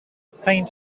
faint